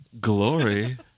Glory